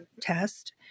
test